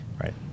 Right